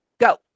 go